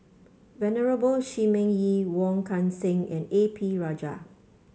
Venerable Shi Ming Yi Wong Kan Seng and A P Rajah